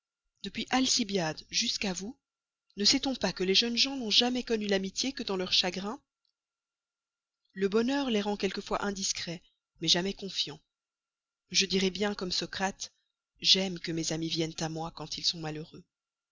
depuis alcibiade jusqu'à vous ne sait-on pas que les jeunes gens n'ont jamais connu l'amitié que dans leurs chagrins le bonheur les rend quelquefois indiscrets mais jamais confiants je dirai bien comme socrate j'aime que mes amis viennent à moi quand ils sont malheureux